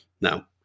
Now